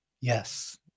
Yes